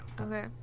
Okay